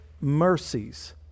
mercies